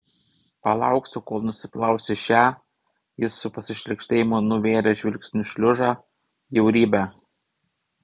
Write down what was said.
palauksiu kol nusiplausi šią jis su pasišlykštėjimu nuvėrė žvilgsniu šliužą bjaurybę